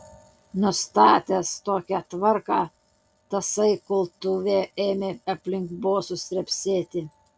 nustatęs tokią tvarką tasai kultuvė ėmė aplink bosus trepsėti